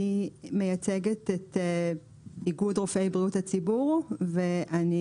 אני מייצגת את איגוד רופאי בריאות הציבור ואני